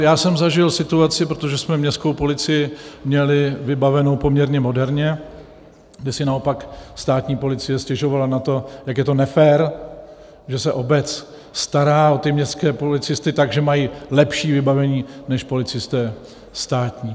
Já jsem zažil situaci, protože jsme městskou policii měli vybavenou poměrně moderně, kde si naopak státní policie stěžovala na to, jak je to nefér, že se obec stará o městské policisty tak, že mají lepší vybavení než policisté státní.